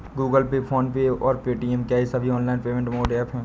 Google Pay PhonePe और Paytm क्या ये सभी ऑनलाइन पेमेंट मोड ऐप हैं?